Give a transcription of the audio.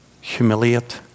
humiliate